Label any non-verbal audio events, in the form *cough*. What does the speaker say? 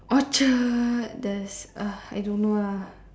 Orchard there's *noise* I don't know lah